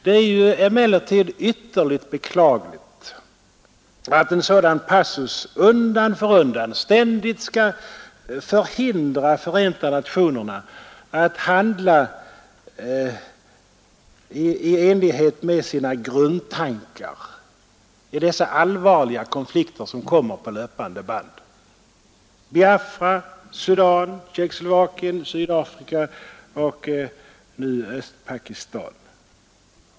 Det är emellertid ytterligt beklagligt att en sådan passus ständigt skall förhindra Förenta nationerna att handla i enlighet med sina grundtankar i dessa allvarliga konflikter som kommer på löpande band: Biafra, Sudan, Tjeckoslovakien, Sydafrika och nu Östpakistan.